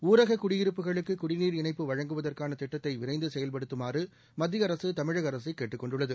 ஊரக குடியிருப்புகளுக்கு குடிநீர் இணைப்பு வழங்குவதற்கான திட்டத்தை விரைந்து செயல்படுத்துமாறு மத்திய அரசு தமிழக அரசை கேட்டுக் கொண்டுள்ளது